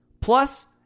plus